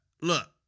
look